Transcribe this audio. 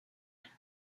verts